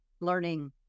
learning